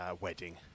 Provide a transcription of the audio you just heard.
wedding